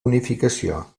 unificació